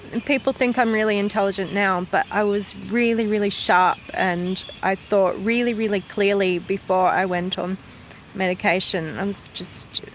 and people think i'm really intelligent now but i was really, really sharp and i thought really, really clearly before i went on medication. and just,